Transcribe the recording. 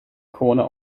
corner